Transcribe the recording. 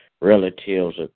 relatives